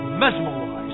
mesmerized